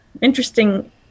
interesting